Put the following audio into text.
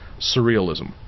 surrealism